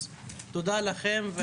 אז תודה לכם.